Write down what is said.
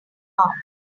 harm